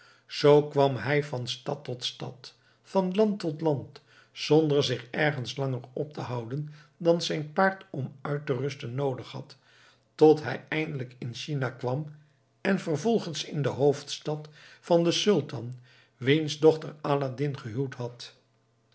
zoo kwam hij van stad tot stad van land tot land zonder zich ergens langer op te houden dan zijn paard om uit te rusten noodig had tot hij eindelijk in china kwam en vervolgens in de hoofdstad van den sultan wiens dochter aladdin gehuwd had